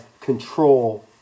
control